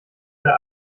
der